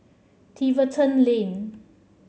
Tiverton Lane